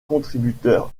contributeur